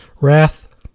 Wrath